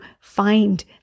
find